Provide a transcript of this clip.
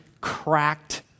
cracked